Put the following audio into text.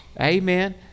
amen